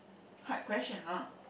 hard question ha